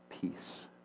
peace